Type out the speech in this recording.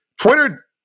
Twitter